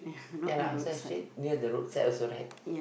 ya lah so I've said near the roadside also right